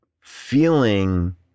feeling